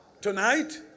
Tonight